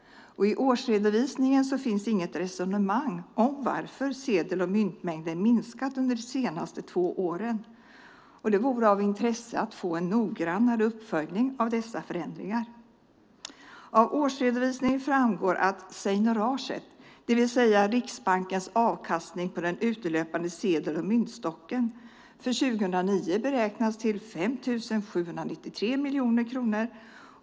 I årsredovisningen finns inget resonemang om varför sedel och myntmängden minskat under de senaste två åren. Det vore av intresse att få en noggrannare uppföljning av dessa förändringar. Av årsredovisningen framgår att seignoraget, det vill säga Riksbankens avkastning på den utelöpande sedel och myntstocken, för 2009 beräknas till 5 793 miljoner kronor.